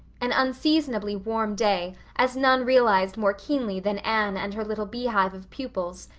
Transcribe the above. an unseasonably warm day, as none realized more keenly than anne and her little beehive of pupils,